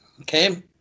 Okay